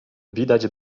widać